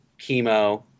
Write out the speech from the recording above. chemo